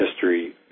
history